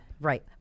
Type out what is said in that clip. Right